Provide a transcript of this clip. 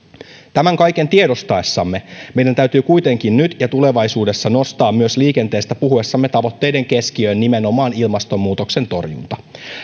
tämän kaiken tiedostaessamme meidän täytyy kuitenkin nyt ja tulevaisuudessa nostaa myös liikenteestä puhuessamme tavoitteiden keskiöön nimenomaan ilmastonmuutoksen torjunta